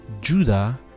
Judah